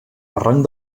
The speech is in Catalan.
barranc